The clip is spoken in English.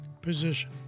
position